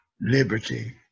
liberty